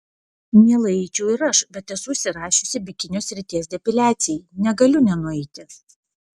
mielai eičiau ir aš bet esu užsirašiusi bikinio srities depiliacijai negaliu nenueiti